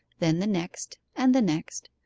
then the next, and the next,